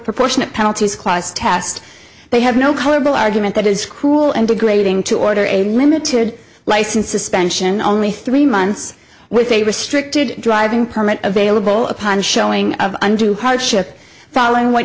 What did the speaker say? proportionate penalties clause tast they have no colorable argument that is cruel and degrading to order a limited license suspension only three months with a restricted driving permit available upon a showing of undue hardship following what